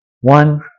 One